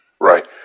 right